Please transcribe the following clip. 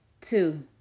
Two